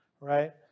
right